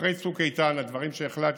אחרי צוק איתן, על דברים שהחלטתי,